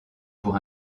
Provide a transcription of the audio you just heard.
pour